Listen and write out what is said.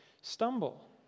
stumble